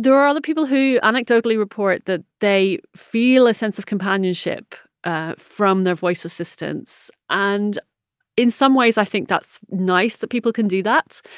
there are other people who anecdotally report that they feel a sense of companionship ah from their voice assistance. and in some ways, i think that's nice that people can do that.